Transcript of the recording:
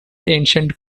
ancient